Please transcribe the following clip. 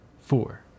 four